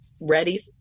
ready